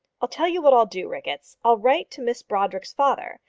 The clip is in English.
i'll tell you what i'll do, ricketts. i'll write to miss brodrick's father,